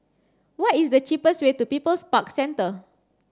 what is the cheapest way to People's Park Centre